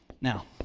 Now